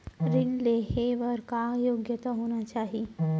ऋण लेहे बर का योग्यता होना चाही?